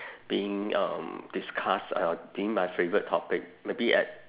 being um discussed uh being my favourite topic maybe at